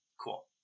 cool